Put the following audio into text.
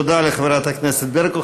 תודה לחברת הכנסת ברקו.